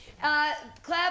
Clap